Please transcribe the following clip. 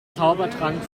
zaubertrank